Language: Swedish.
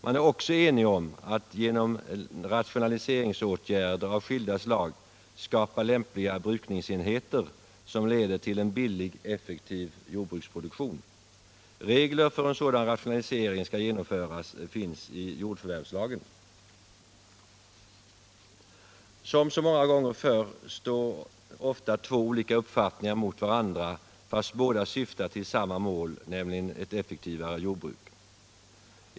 Man är också enig om att genom rationaliseringsåtgärder av skilda slag skapa lämpliga brukningsenheter som leder till en billig, effektiv jordbruksproduktion. Regler för hur en sådan rationalisering skall genom Som så många gånger förr står ofta två olika uppfattningar mot varandra, fast båda syftar till samma mål, nämligen ett effektivare jordbruk.